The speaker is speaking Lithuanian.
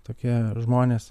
tokie žmonės